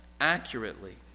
accurately